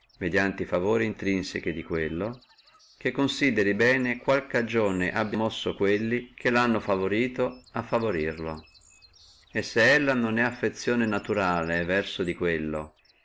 favori intrinseci di quello che considerino bene qual cagione abbi mosso quelli che lo hanno favorito a favorirlo e se ella non è affezione naturale verso di